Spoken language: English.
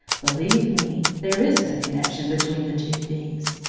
believe me, there is no connection between the two things.